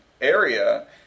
area